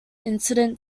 incident